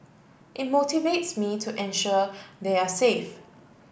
it motivates me to ensure they are safe